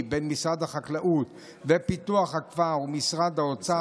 בין משרד החקלאות ופיתוח הכפר למשרד האוצר,